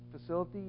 facility